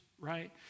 right